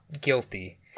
guilty